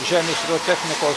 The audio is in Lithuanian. žemės ūkio technikos